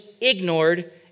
ignored